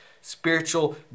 spiritual